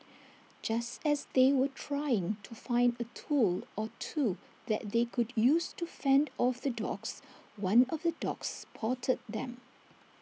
just as they were trying to find A tool or two that they could use to fend off the dogs one of the dogs spotted them